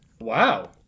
Wow